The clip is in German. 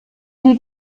sie